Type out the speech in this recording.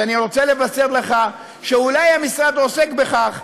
אני רוצה לבשר לך שאולי המשרד עוסק בכך,